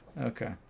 Okay